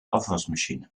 afwasmachine